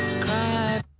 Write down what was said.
Cry